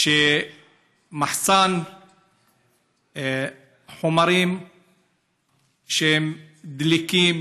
מחסן חומרים דליקים